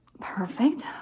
perfect